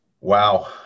Wow